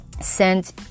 sent